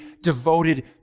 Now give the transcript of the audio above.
devoted